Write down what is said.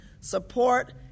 support